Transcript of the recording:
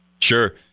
Sure